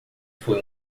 foi